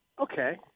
okay